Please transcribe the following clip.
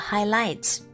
Highlights